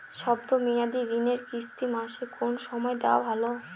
শব্দ মেয়াদি ঋণের কিস্তি মাসের কোন সময় দেওয়া ভালো?